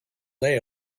day